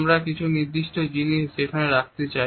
আমরা কিছু নির্দিষ্ট জিনিস সেখানে রাখতে চাই